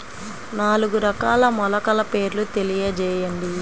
నాలుగు రకాల మొలకల పేర్లు తెలియజేయండి?